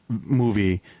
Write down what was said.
movie